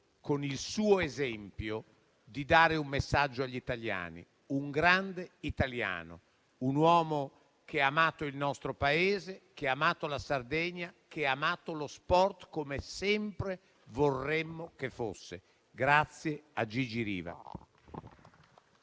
con il suo esempio, di dare un messaggio agli italiani: un grande italiano, un uomo che ha amato il nostro Paese, la Sardegna e lo sport, come sempre vorremmo che fosse. Grazie a Gigi Riva.